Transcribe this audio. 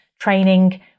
training